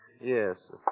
yes